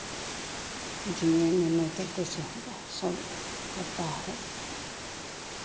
जियेंगे नहीं तो कैसे होगा सब करता है